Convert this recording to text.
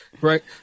Right